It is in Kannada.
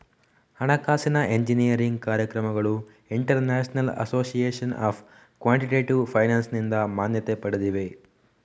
ಹಣಕಾಸಿನ ಎಂಜಿನಿಯರಿಂಗ್ ಕಾರ್ಯಕ್ರಮಗಳು international association of quantitative ಫೈನಾನ್ಸಿನಿಂದ ಮಾನ್ಯತೆ ಪಡೆದಿವೆ